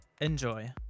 Enjoy